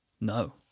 No